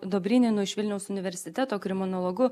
dobryninu iš vilniaus universiteto kriminologu